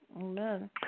Amen